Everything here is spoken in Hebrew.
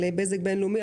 על בזק בינלאומי,